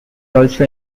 also